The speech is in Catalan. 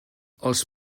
els